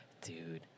Dude